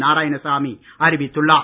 நாராயணசாமி அறிவித்துள்ளார்